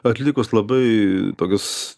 atlikus labai tokius